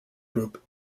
group